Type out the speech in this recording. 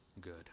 good